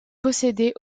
possédée